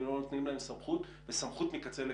אם לא נותנים להם סמכות וסמכות מקצה לקצה.